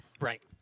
Right